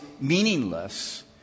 meaningless